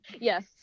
yes